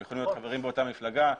הם יכולים להיות חברים באותה מפלגה,